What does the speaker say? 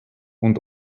und